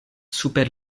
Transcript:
super